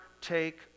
take